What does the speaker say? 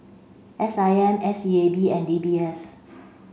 S I M S E A B and D B S